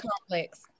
complex